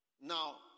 Now